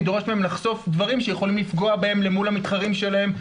לחשוף דברים שיכולים לפגוע בהם למול המתחרים שלהם.